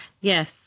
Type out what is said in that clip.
Yes